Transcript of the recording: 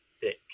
thick